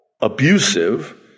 abusive